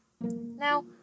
Now